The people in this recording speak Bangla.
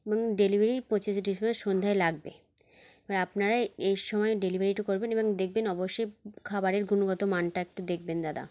এবং ডেলিভারি পঁচিশে ডিস্মে সন্ধ্যায় লাগবে এবার আপনারা এই সময় ডেলিভারিটা করবেন এবং দেখবেন অবশ্যই খাবারের গুনগতমানটা একটু দেখবেন দাদা